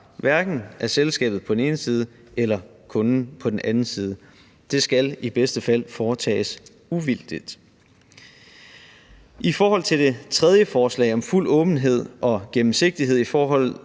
hverken af selskabet på den ene side eller af kunden på den anden side, men i bedste fald foretages uvildigt. I forhold til det tredje forslag om fuld åbenhed og gennemsigtighed i forholdet